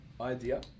idea